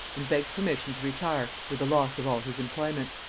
and begged permission to retire with the loss of all his employments.